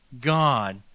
God